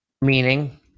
Meaning